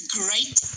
great